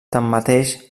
tanmateix